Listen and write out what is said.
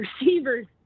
receivers